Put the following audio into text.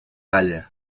palla